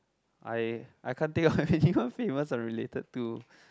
I I can't think of anyone famous I'm related to